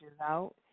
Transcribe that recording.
out